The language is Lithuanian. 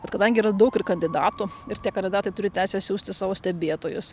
bet kadangi yra daug ir kandidatų ir tie kandidatai turi teisę siųsti savo stebėtojus